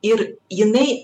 ir jinai